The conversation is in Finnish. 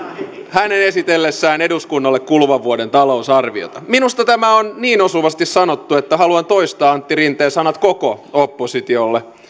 hänen esitellessään eduskunnalle kuluvan vuoden talousarviota minusta tämä on niin osuvasti sanottu että haluan toistaa antti rinteen sanat koko oppositiolle